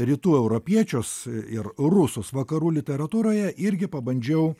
rytų europiečius ir rusus vakarų literatūroje irgi pabandžiau